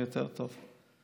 יותר טוב,